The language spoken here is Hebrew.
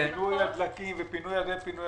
של פינוי הדלקים וכו'.